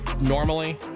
normally